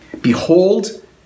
behold